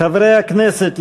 חברי הכנסת,